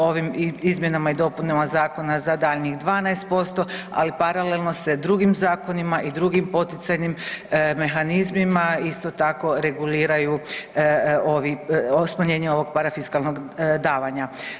Ovim izmjenama i dopunama zakona za daljnjih 12%, ali paralelno se drugim zakonima i drugim poticajnim mehanizmima isto tako regulira smanjenje ovog parafiskalnog davanja.